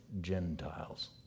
Gentiles